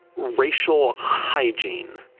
racial hygiene.